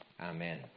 amen